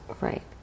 Right